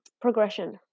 progression